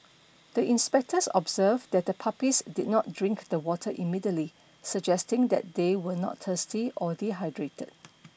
the inspectors observed that the puppies did not drink the water immediately suggesting that they were not thirsty or dehydrated